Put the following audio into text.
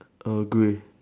err grey